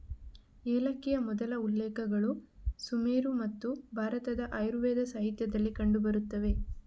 ಏಲಕ್ಕಿಯ ಮೊದಲ ಉಲ್ಲೇಖಗಳು ಸುಮೇರು ಮತ್ತು ಭಾರತದ ಆಯುರ್ವೇದ ಸಾಹಿತ್ಯದಲ್ಲಿ ಕಂಡು ಬರುತ್ತವೆ